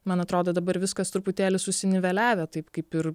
man atrodo dabar viskas truputėlį susiniveliavę taip kaip ir